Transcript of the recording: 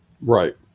Right